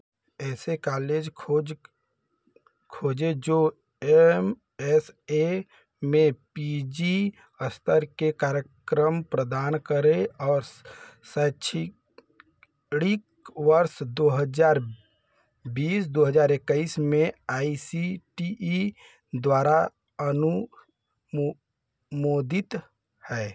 ऐसे कालेज खोज खोजें जो ए एम एस ए में पी जी स्तर के कार्यक्रम प्रदान करें और शैक्षिक ऋक वर्ष दो हज़ार बीस दो हज़ार एक्कीस में आई सी टी ई अनु मो मोदित हैं